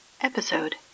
Episode